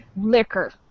liquor